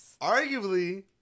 Arguably